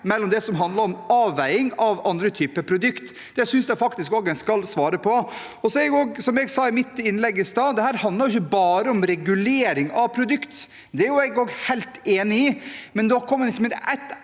i det som handler om avveiing av andre typer produkter. Det synes jeg faktisk også en skal svare på. Som jeg sa i mitt innlegg i stad: Dette handler ikke bare om regulering av produkter – det er jeg også helt enig i